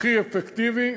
הכי אפקטיבי.